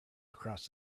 across